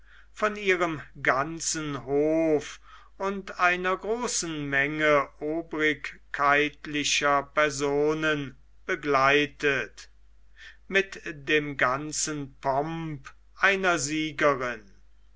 von ihrem ganzen hof und einer großen menge obrigkeitlicher personen begleitet mit dem ganzen pomp einer siegerin